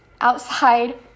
outside